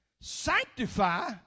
sanctify